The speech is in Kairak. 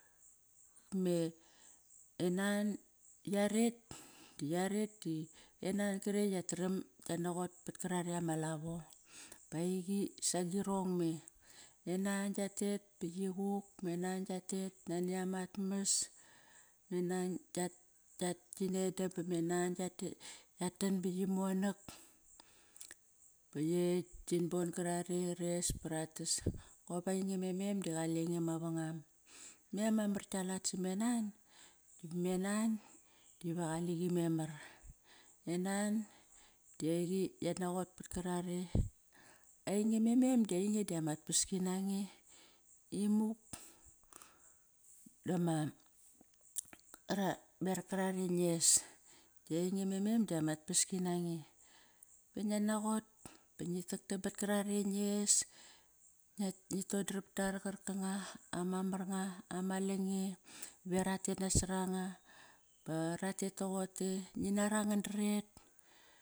Me nan giaret di yaret e nan qarekt yataram giat naqot pat karare ama lavo ba aiqi sagirong me. E nan gia tet baqi quk, e nan giatet nani amat mas enan gi nedam yat tan ba qi monak ba qin bon qarare re bara tas. Kop ainge me mem da qalenge mavangam. Me ama mar gialat same nan? Me nan diva qaliqi memar. Me nan di eiqi yat naqot pat karare. Ainge me mem di ainge damat paski nange imuk ba qarare nges. Ainge me mem diamat paski nange. Va nguat naqot ba ngi taktam bat karare nges Ngi todrapta na qarkanga ama mar nga ama lange vera tet nasar anga ba ratet toqote. Nginara ngandret